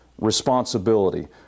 responsibility